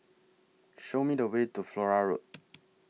Show Me The Way to Flora Road